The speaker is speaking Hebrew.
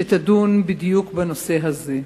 שתדון בדיוק בנושא הזה.